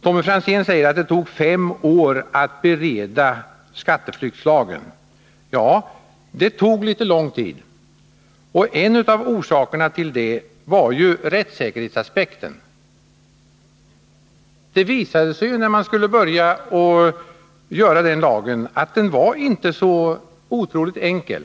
Tommy Franzén säger att det tog fem år att bereda skatteflyktslagen. Ja, det tog litet lång tid. En av orsakerna till detta var rättssäkerhetsaspekten. Det visade sig när man skulle börja utforma lagen att det inte var så otroligt enkelt.